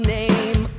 name